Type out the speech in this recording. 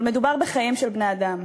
אבל מדובר בחיים של בני-אדם,